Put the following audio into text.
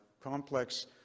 complex